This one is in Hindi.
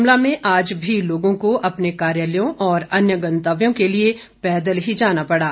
शिमला में आज भी लोगों को अपने कार्यालयों और अन्य गंतव्यों के लिए पैदल ही जाना पड़ा